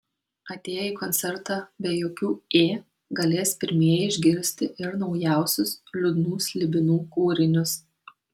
atėję į koncertą be jokių ė galės pirmieji išgirsti ir naujausius liūdnų slibinų kūrinius